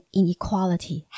inequality